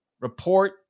report